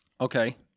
Okay